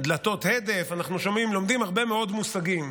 דלתות הדף, אנחנו לומדים הרבה מאוד מושגים,